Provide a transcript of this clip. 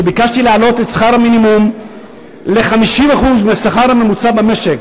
כשביקשתי להעלות את שכר המינימום ל-50% מהשכר הממוצע במשק,